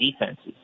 defenses